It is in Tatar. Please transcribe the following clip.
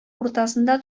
уртасында